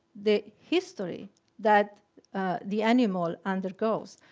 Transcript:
the history that the animal undergoes.